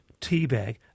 teabag